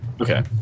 Okay